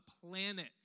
planet